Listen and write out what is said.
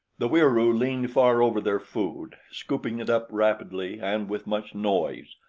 the wieroo leaned far over their food, scooping it up rapidly and with much noise,